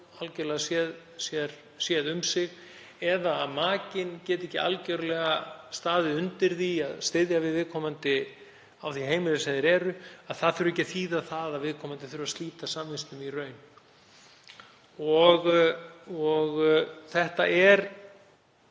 algerlega séð um sig eða makinn geti ekki algjörlega staðið undir því að styðja við viðkomandi á því heimili sem þeir eru þá þurfi það ekki að þýða að viðkomandi þurfi að slíta samvistum í raun. Þetta